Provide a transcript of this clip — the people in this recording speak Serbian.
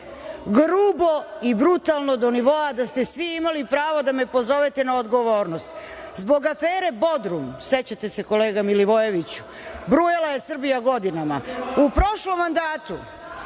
grubo i brutalno do niova da ste svi imali pravo da me pozovete na odgovornost? Zbog afere „ Bodrum“, sećate se kolega Milivojeviću, brujala je Srbija godinama. U prošlom mandatu